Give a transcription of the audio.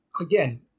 again